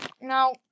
Now